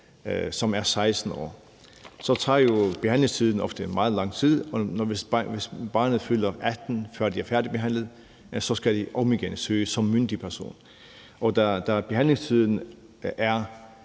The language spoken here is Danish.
som er 16 år, tager sagsbehandlingstiden ofte meget lang tid, og hvis barnet fylder 18 år, før det er færdigbehandlet, skal det søge om igen som myndig person. Da sagsbehandlingstiden i